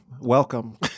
welcome